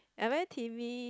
I very timid